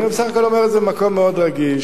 אני בסך הכול אומר את זה ממקום מאוד רגיש.